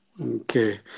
okay